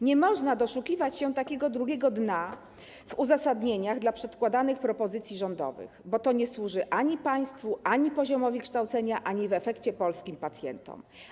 Nie można doszukiwać się takiego drugiego dna w uzasadnieniach przedkładanych propozycji rządowych, bo to nie służy ani państwu, ani poziomowi kształcenia, ani w efekcie polskim pacjentom.